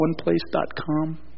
OnePlace.com